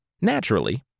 Naturally